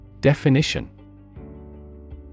Definition